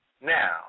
Now